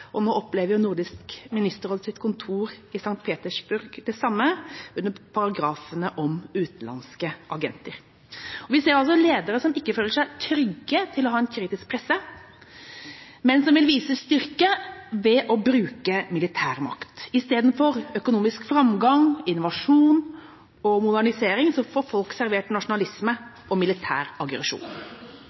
og nå opplever Nordisk ministerråds kontor i St. Petersburg det samme, under paragrafene om utenlandske agenter. Vi ser ledere som ikke føler seg trygge nok til å ha en kritisk presse, men som vil vise styrke ved å bruke militærmakt. Istedenfor økonomisk framgang, innovasjon og modernisering får folk servert nasjonalisme og militær aggresjon.